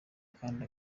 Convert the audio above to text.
kandi